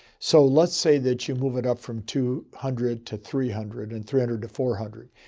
so let's say that you move it up from two hundred to three hundred and three hundred to four hundred.